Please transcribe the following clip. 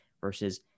versus